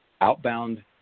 outbound